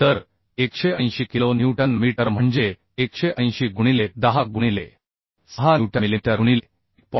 तर 180 kilo newton metre म्हणजे 180 गुणिले 10 गुणिले 6 न्यूटन मिलिमीटर गुणिले 1